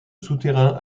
souterrain